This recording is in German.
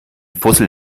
fussel